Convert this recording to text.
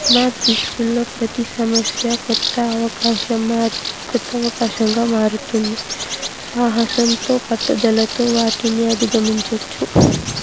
నా దృష్టిల్లో ప్రతి సమస్య కొత్త అవకాశం మారు కొత్త అవకాశంగా మారుతుంది సాహసంతో పట్టుదలతో వాటిని అధిగమించచ్చు